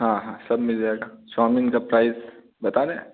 हाँ हाँ सब मिल जाएगा चौमीन का प्राइस बता दें